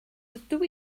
dydw